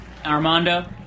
Armando